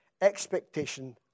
expectation